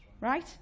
Right